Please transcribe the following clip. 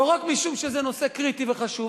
לא רק משום שזה נושא קריטי וחשוב,